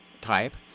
type